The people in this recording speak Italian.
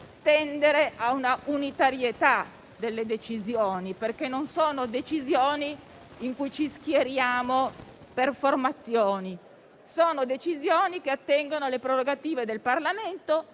tendere a una unitarietà delle decisioni, perché non sono decisioni in cui ci schieriamo per formazioni, in quanto attengono alle prerogative del Parlamento